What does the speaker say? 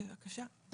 בבקשה,